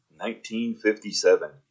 1957